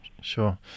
Sure